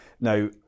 Now